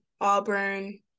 Auburn